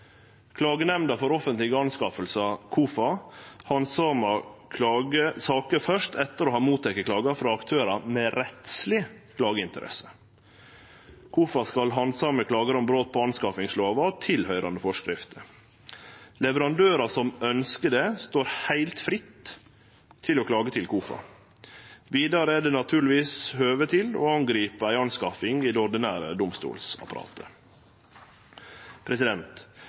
Klagenemnda for offentlege anskaffingar, KOFA, handsamar saker først etter å ha teke imot klager frå aktørar med rettsleg klageinteresse. KOFA skal handsame klager om brot på anskaffingslova og tilhøyrande forskrifter. Leverandørar som ønskjer det, står heilt fritt til å klage til KOFA. Vidare er det naturlegvis høve til å angripe ei anskaffing i det ordinære domstolsapparatet.